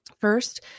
First